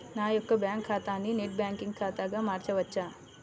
నా యొక్క బ్యాంకు ఖాతాని నెట్ బ్యాంకింగ్ ఖాతాగా మార్చవచ్చా?